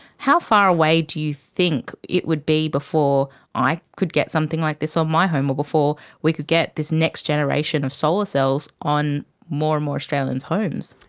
how far away do you think it would be before i could get something like this on my home or before we could get this next generation of solar cells on more and more australians' homes?